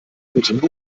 bitte